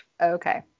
Okay